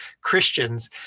Christians